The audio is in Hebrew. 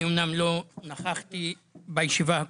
אמנם לא נכחתי בשיבה הקודמת.